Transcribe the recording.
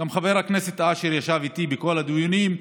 גם חבר הכנסת אשר ישב איתי בכל הדיונים,